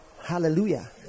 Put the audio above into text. Hallelujah